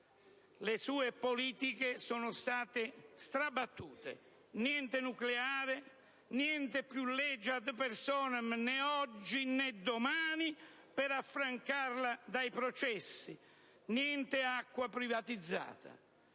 Le sue politiche sono state strabattute: niente nucleare, niente più leggi *ad personam*, né oggi né domani, per affrancarla dai processi, niente acqua privatizzata.